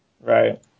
right